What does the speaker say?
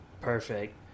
Perfect